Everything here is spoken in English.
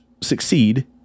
succeed